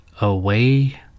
away